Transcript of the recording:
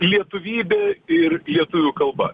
lietuvybė ir lietuvių kalba